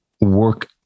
work